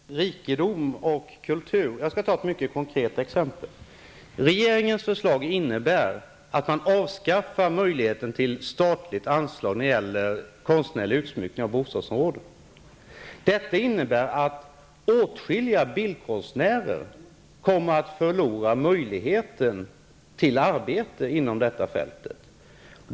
Herr talman! När det gäller rikedom och kultur skall jag ta ett mycket konkret exempel. Regeringens förslag innebär att man avskaffar möjligheten till statligt anslag för konstnärlig utsmyckning av bostadsområden. Det innebär att åtskilliga bildkonstnärer kommer att förlora möjligheten till arbete inom detta fält.